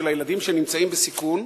של ילדים שנמצאים בסיכון,